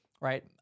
right